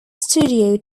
studio